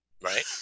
right